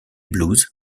blues